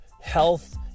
health